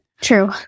true